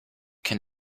can